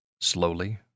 Slowly